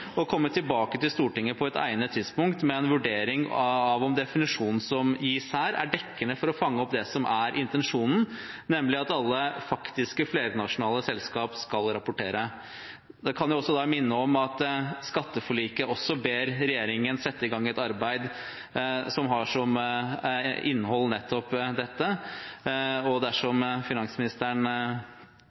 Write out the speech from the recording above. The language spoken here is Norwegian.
og komme tilbake til Stortinget på et egnet tidspunkt med en vurdering av om definisjonen som gis her, er dekkende for å fange opp det som er intensjonen, nemlig at alle faktiske flernasjonale selskap skal rapportere. En kan da minne om at man i skatteforliket ber regjeringen sette i gang et arbeid som har som innhold nettopp dette, og dersom finansministeren